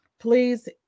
please